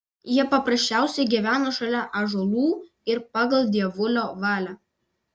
jie paprasčiausiai gyveno šalia ąžuolų ir pagal dievulio valią